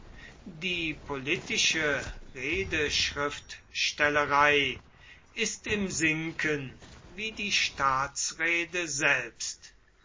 die politische redeschriftstellerei ist im sinken wie die staatsrede selbst